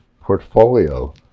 portfolio